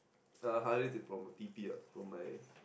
uh Harrith is from T_P ah from my